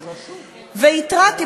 והתרעתי,